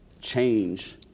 change